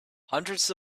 hundreds